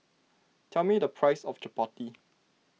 tell me the price of Chappati